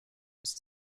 ist